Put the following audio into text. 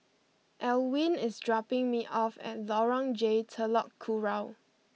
Elwin is dropping me off at Lorong J Telok Kurau